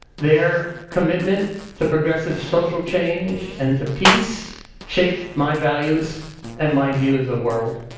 their commitment to progressive social change and to peace shaped my values and my view of the world.